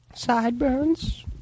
Sideburns